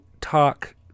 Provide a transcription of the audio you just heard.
talk